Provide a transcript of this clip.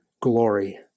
glory